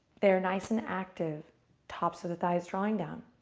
they're nice and active tops of the thighs drawing down.